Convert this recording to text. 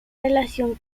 relación